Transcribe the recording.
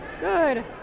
Good